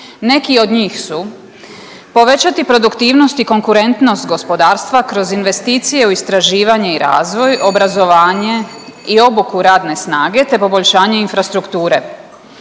Neki od njih su povećati produktivnost i konkurentnost gospodarstva kroz investicije u istraživanje i razvoj, obrazovanje i obuku radne snage, te poboljšanje infrastrukture.